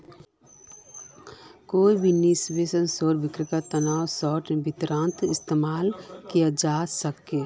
कोई भी निवेशेर बिक्रीर तना शार्ट वित्तेर इस्तेमाल कियाल जा छेक